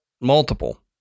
multiple